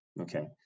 Okay